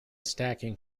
stacking